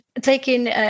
taking